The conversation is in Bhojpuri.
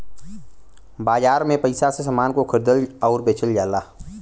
बाजार में पइसा से समान को खरीदल आउर बेचल जाला